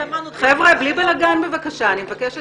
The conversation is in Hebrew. והמודרנה בעצם איבדו את